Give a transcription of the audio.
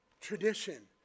Tradition